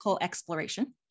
exploration